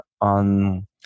on